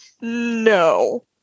no